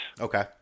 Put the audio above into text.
Okay